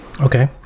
Okay